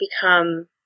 become